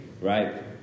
right